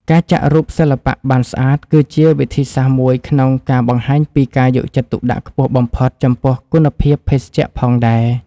ការចាក់រូបសិល្បៈបានស្អាត ក៏ជាវិធីសាស្ត្រមួយក្នុងការបង្ហាញពីការយកចិត្តទុកដាក់ខ្ពស់បំផុតចំពោះគុណភាពភេសជ្ជៈផងដែរ។